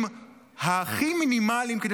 לא מגיעים להם הכלים הכי מינימליים כדי